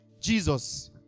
Jesus